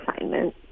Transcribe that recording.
assignment